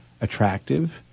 attractive